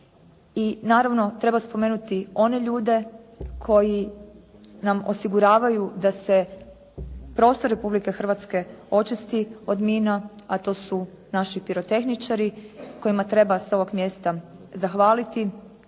I naravno, treba spomenuti one ljude koji nam osiguravaju da se prostor Republike Hrvatske očisti od mina, a to su naši pirotehničari kojima treba sa ovog mjesta zahvaliti